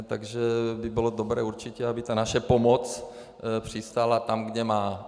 Takže by bylo dobré určitě, aby naše pomoc přistála tam, kde má.